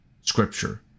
Scripture